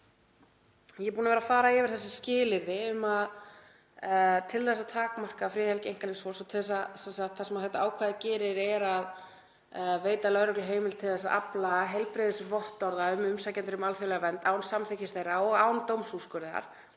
Ég hef verið að fara yfir þessi skilyrði, um að til þess að takmarka friðhelgi einkalífs fólks — það sem þetta ákvæði gerir er að veita lögreglu heimild til að afla heilbrigðisvottorða um umsækjendur um alþjóðlega vernd án samþykkis þeirra og án dómsúrskurðar.